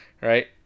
Right